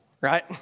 right